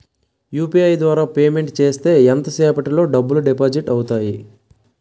UPI ద్వారా payment చేస్తే ఎంత సేపటిలో డబ్బులు డిపాజిట్ అవుతాయి?